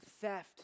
theft